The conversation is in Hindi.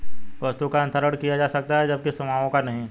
वस्तु का हस्तांतरण किया जा सकता है जबकि सेवाओं का नहीं